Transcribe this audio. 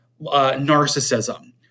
narcissism